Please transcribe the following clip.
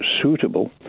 suitable